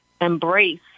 embrace